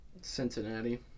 Cincinnati